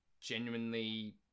genuinely